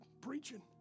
preaching